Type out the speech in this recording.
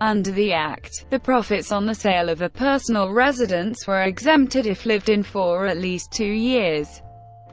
and the act, the profits on the sale of a personal residence were exempted if lived in for at least two years